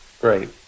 Great